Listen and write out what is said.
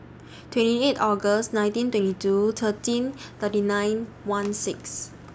twenty eight August nineteen twenty two thirteen thirty nine one six